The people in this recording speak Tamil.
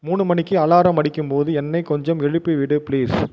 மூணு மணிக்கு அலாரம் அடிக்கும் போது என்னை கொஞ்சம் எழுப்பி விடு ப்ளீஸ்